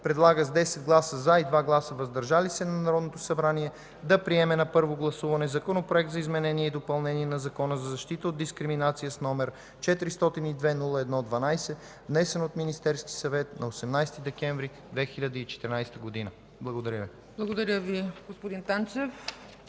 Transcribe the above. предлага (с 10 гласа „за” и 2 гласа „въздържали се”) на Народното събрание да приеме на първо гласуване Законопроект за изменение и допълнение на Закона за защита от дискриминация, № 402-01-12, внесен от Министерски съвет на 18 декември 2014 г.” Благодаря. ПРЕДСЕДАТЕЛ ЦЕЦКА ЦАЧЕВА: Благодаря Ви, господин Танчев.